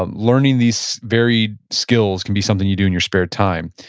um learning these varied skills can be something you do in your spare time.